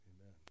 Amen